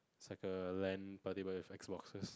it's like a L_A_N party but with X-boxes